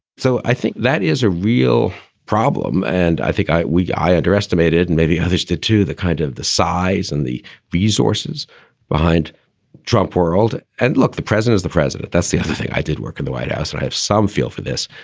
so i think that is a real problem. and i think we i underestimated and maybe others did, too, the kind of the size and the resources behind trump world. and look, the president is the president. that's the other thing. i did work in the white house, so i have some feel for this.